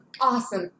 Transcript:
awesome